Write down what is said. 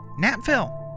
Napville